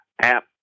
app